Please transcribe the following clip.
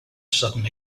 sudden